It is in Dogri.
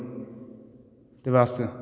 ते बस